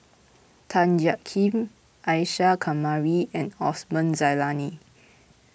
Tan Jiak Kim Isa Kamari and Osman Zailani